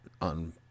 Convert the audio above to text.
on